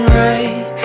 right